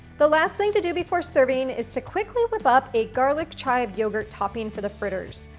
the last thing to do before serving is to quickly whip up a garlic-chive yogurt topping for the fritters.